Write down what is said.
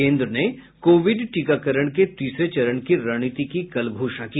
केन्द्र ने कोविड टीकाकरण के तीसरे चरण की रणनीति की कल घोषणा की